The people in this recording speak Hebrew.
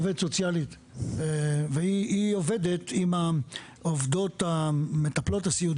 היא עובדת סוציאלית והיא עובדת עם המטפלות הסיעודיות,